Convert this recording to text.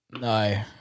No